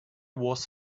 was